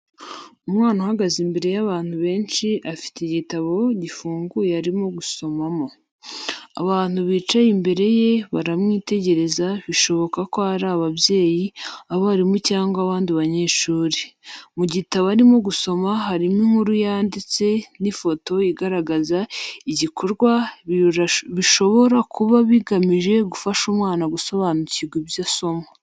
Umwana uhagaze imbere y’abantu benshi, afite igitabo gifunguye arimo gusomamo. Abantu bicaye imbere ye baramwitegereza bishoboka ko ari ababyeyi, abarimu, cyangwa abandi banyeshuri. Mu gitabo arimo gusoma harimo inkuru yanditse n'ifoto igaragaza igikorwa, bishobora kuba bigamije gufasha umwana gusobanukirwa ibyo asoma.